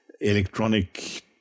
electronic